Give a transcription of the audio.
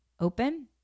open